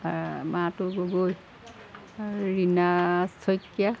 Matu Gogoi Rina Saikia